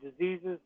diseases